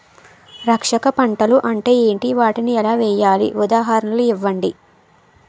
రక్షక పంటలు అంటే ఏంటి? వాటిని ఎలా వేయాలి? ఉదాహరణలు ఇవ్వండి?